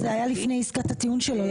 זה היה לפני עסקת הטיעון שלו.